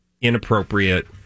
inappropriate